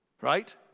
right